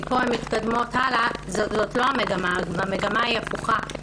מפה הן מתקדמות הלאה זאת לא המגמה, המגמה הפוכה.